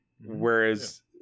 whereas